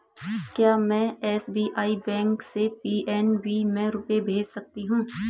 क्या में SBI bank से पी.एन.बी में रुपये भेज सकती हूँ?